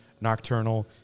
Nocturnal